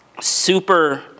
super